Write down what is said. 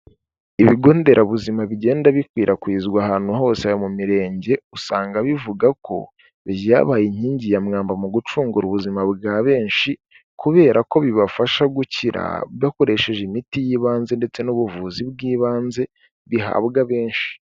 Ibigo nderabuzima bigenda bikwirakwizwa ahantu hose mu mirenge, usanga bivuga ko vyabaye inkingi ya mwamba mu gucungura ubuzima bwa benshi kubera ko bibafasha gukira bakoresheje imiti y'ibanze ndetse n'ubuvuzi bw'ibanze bihabwa benshi.